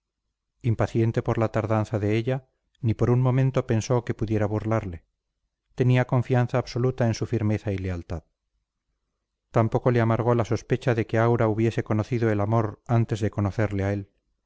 impaciente por la tardanza de ella ni por un momento pensó que pudiera burlarle tenía confianza absoluta en su firmeza y lealtad tampoco le amargó la sospecha de que aura hubiese conocido el amor antes de conocerle a él